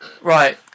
Right